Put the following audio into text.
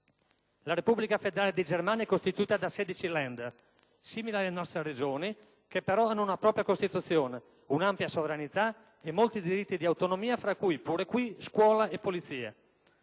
La Repubblica Federale di Germania è costituita da 16 *Länder*, simili alle nostre Regioni, che però hanno una propria costituzione, un'ampia sovranità e molti diritti di autonomia fra cui, pure qui, scuola e polizia.